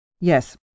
Yes